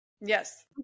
Yes